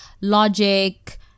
logic